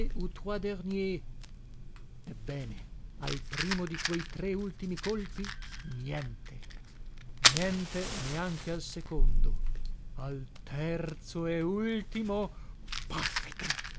dernier ebbene al primo di quei tre ultimi colpi niente niente neanche al secondo al terzo e ultimo